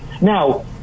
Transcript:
Now